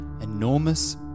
Enormous